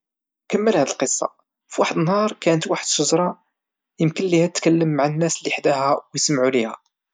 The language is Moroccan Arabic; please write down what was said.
كمل هاد القصة فواحد النهار كانت واحد الشجرة امكليها تكلم مع الناس اللي حداها ويسمعو لها